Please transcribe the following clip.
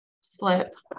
slip